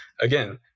again